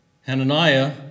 Hananiah